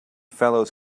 fellows